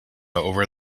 over